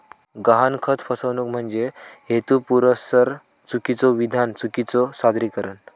गहाणखत फसवणूक म्हणजे हेतुपुरस्सर चुकीचो विधान, चुकीचो सादरीकरण